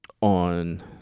on